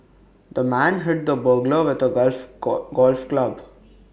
the man hit the burglar with A golf golf club